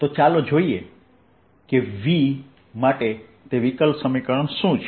તો ચાલો જોઈએ કે V માટે તે વિકલ સમીકરણ શું છે